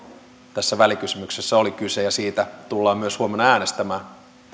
tässä välikysymyksessä oli kyse ja siitä tullaan myös huomenna äänestämään